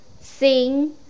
Sing